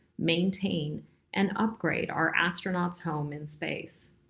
maintain and upgrade our astronauts home in space.